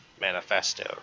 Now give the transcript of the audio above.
manifesto